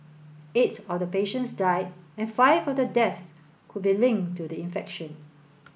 eight of the patients died and five of the deaths could be linked to the infection